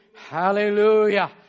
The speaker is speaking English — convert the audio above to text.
Hallelujah